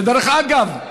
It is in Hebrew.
ודרך אגב,